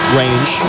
range